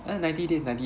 err ninety day ninety